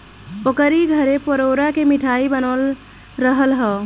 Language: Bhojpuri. ओकरी घरे परोरा के मिठाई बनल रहल हअ